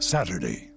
Saturday